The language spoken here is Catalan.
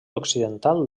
occidental